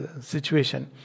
situation